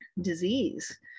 disease